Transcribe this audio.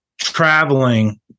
traveling